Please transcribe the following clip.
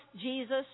Jesus